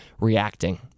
reacting